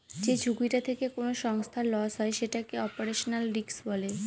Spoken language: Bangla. যে ঝুঁকিটা থেকে কোনো সংস্থার লস হয় সেটাকে অপারেশনাল রিস্ক বলে